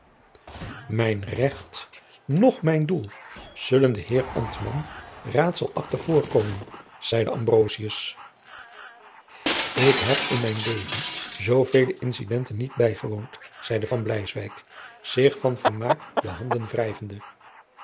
mijn recht noch mijn doel zullen den heer ambtman raadselachtig voorkomen zeide ambrosius ik heb in mijn leven zoovele incidenten niet bijgewoond zeide van bleiswyk zich van vermaak de handen